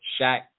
Shaq